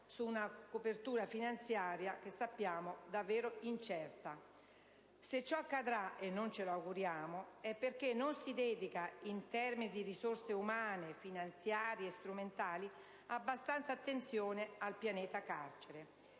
su una copertura finanziaria che sappiamo davvero incerta. Se ciò accadrà - e non ce lo auguriamo - è perché non si dedica, in termini di risorse umane, finanziarie e strumentali, abbastanza attenzione al pianeta carcere,